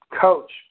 coach